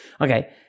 Okay